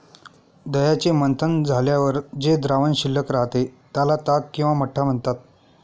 दह्याचे मंथन झाल्यावर जे द्रावण शिल्लक राहते, त्याला ताक किंवा मठ्ठा म्हणतात